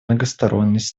многосторонность